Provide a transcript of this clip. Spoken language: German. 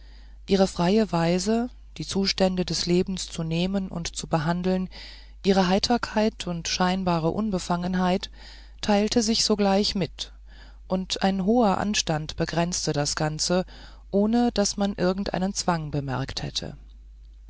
ihre freie weise die zustände des lebens zu nehmen und zu behandeln ihre heiterkeit und scheinbare unbefangenheit teilte sich sogleich mit und ein hoher anstand begrenzte das ganze ohne daß man irgendeinen zwang bemerkt hätte